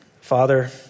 Father